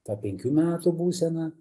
ta penkių metų būsena